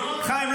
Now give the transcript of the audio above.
חיים,